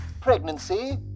pregnancy